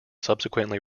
subsequently